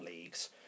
leagues